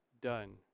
done